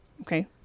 okay